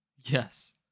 Yes